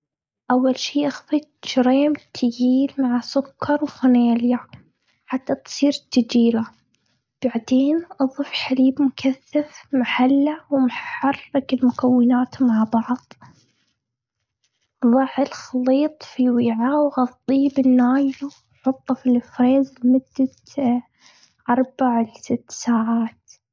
أول شي، إخفق كريم ثقيل مع سكر وفانيليا، حتى تصير ثقيلة. بعدين أضف حليب مكثف محلى، وامحرك المكونات مع بعض. ضع الخليط في وعاء، وغطيه بالنايلون. حطه في الفريزر لمدة أربع ل ست ساعات.